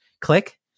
Click